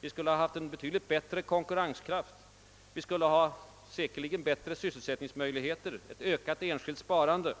Vi skulle ha haft en betydligt bättre konkurrenskraft. Vi skulle säkerligen haft bättre sysselsättningsmöjligheter, ett ökat enskilt sparande,